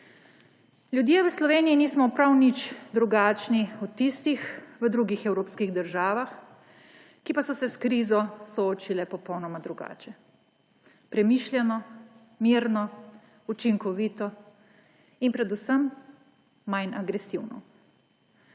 Ljudje v Sloveniji nismo prav nič drugačni od tistih v drugih evropskih državah, ki pa so se s krizo soočale popolnoma drugače: premišljeno, mirno, učinkovito in predvsem manj agresivno.